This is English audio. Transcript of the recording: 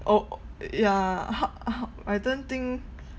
oh yeah how how I don't think